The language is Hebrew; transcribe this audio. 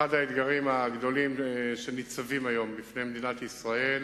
אחד האתגרים הגדולים שניצבים היום בפני מדינת ישראל